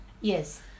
Yes